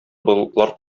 болытлар